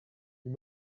you